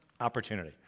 opportunity